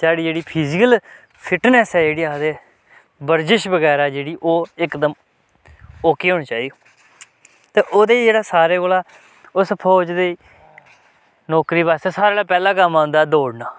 साढ़ी जेह्ड़ी physical fitness ऐ जेह्ड़ी आखदे बर्जिश बगैरा जेह्ड़ी ओह् इकदम ओके होनी चाहिदी ते ओह्दे च जेह्ड़ा सारें कोला उस फौज दे नौकरी बास्तै सारें कोला पैह्ला कम्म आंदा दौड़ना